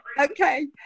Okay